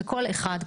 שכל אחד,